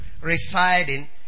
residing